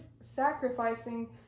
sacrificing